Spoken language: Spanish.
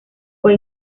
fue